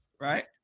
right